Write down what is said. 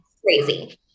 crazy